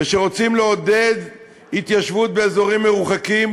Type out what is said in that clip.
וכשרוצים לעודד התיישבות באזורים מרוחקים,